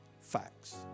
Facts